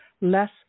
Less